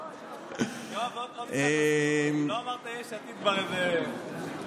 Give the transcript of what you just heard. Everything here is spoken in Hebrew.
יואב, לא אמרת "יש עתיד" כבר איזה דקה.